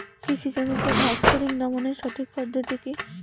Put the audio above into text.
কৃষি জমিতে ঘাস ফরিঙ দমনের সঠিক পদ্ধতি কি?